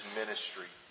ministry